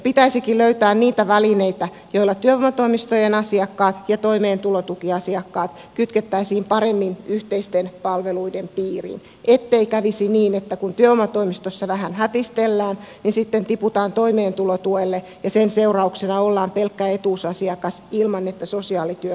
pitäisikin löytää niitä välineitä joilla työvoimatoimistojen asiakkaat ja toimeentulotukiasiakkaat kytkettäisiin paremmin yhteisten palveluiden piiriin ettei kävisi niin että kun työvoimatoimistossa vähän hätistellään niin sitten tiputaan toimeentulotuelle ja sen seurauksena ollaan pelkkä etuusasiakas ilman että sosiaalityö kohtaa nuorta